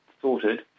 sorted